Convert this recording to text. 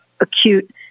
acute